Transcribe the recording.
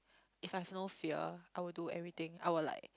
if I've no fear I would do everything I will like